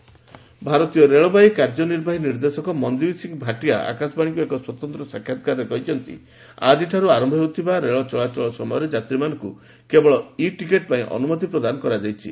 railway e ticket ଭାରତୀୟ ରେଳବାଇର କାର୍ଯ୍ୟନିର୍ବାହୀ ନିର୍ଦ୍ଦେଶକ ମନ୍ଦୀପ୍ ସିଂହ ଭାଟିଆ ଆକାଶବାଣୀକ୍ ଏକ ସ୍ୱତନ୍ତ୍ର ସାକ୍ଷାତ୍କାରରେ କହିଛନ୍ତି ଆଜିଠାର୍ ଆରମ୍ଭ ହେଉଥିବା ରେଳ ଚଳାଚଳ ସମୟରେ ଯାତ୍ରୀମାନଙ୍କ କେବଳ ଇ ଟିକେଟ୍ ପାଇଁ ଅନୁମତି ପ୍ରଦାନ କରାଯାଇଚି